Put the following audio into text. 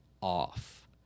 off